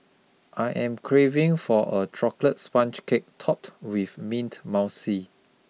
I am craving for a chocolate sponge cake topped with mint mousse